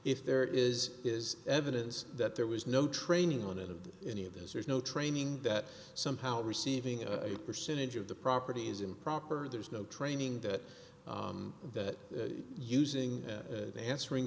if there is is evidence that there was no training on it of any of those there's no training that somehow receiving a percentage of the property is improper there's no training that that using an answering